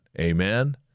Amen